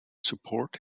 support